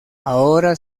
ahora